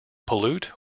pollute